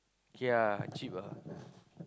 K ah cheap ah